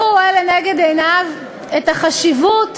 אשר מגביר את הפגיעה בזכויותיו של החשוד.